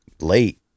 late